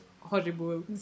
horrible